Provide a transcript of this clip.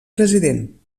president